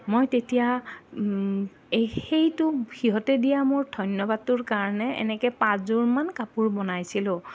মই তেতিয়া এই সেইটো সিহঁতে দিয়া মোৰ ধন্যবাদটোৰ কাৰণে এনেকে পাঁচযোৰমান কাপোৰ বনাইছিলোঁ